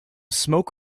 smoke